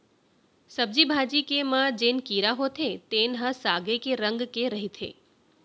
सब्जी भाजी के म जेन कीरा होथे तेन ह सागे के रंग के रहिथे